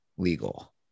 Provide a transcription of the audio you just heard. legal